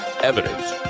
evidence